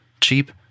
cheap